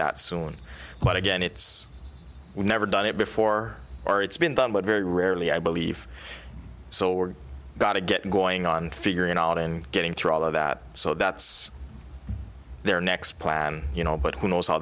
that soon but again it's we've never done it before or it's been done but very rarely i believe so we're gonna get going on figuring out and getting through all of that so that's their next plan you know but who knows how